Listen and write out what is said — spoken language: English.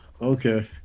okay